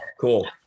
cool